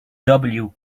can